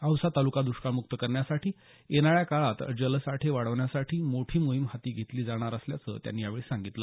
औसा तालुका दुष्काळमुक्त करण्यासाठी येणाऱ्या काळात जलसाठे वाढवण्यासाठी मोठी मोहीम हाती घेतली जाणार असल्याचं त्यांनी यावेळी सांगितलं